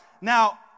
Now